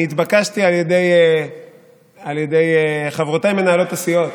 נתבקשתי על ידי חברותיי מנהלות הסיעות